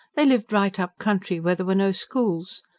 they lived right up-country, where there were no schools.